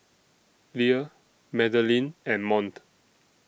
Lea Madelyn and Mont